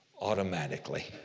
automatically